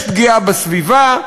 יש פגיעה בסביבה,